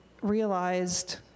realized